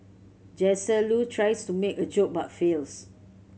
Jesse Loo tries to make a joke but fails